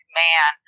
man